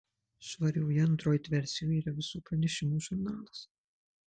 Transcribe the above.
švarioje android versijoje yra visų pranešimų žurnalas